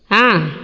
ஆ